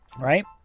Right